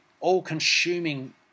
all-consuming